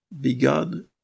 begun